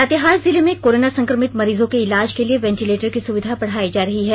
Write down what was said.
लातेहार जिले में कोरोना संक्रमित मरीजों के इलाज के लिए वेंटिलेटर की सुविधा बढ़ायी जा रही है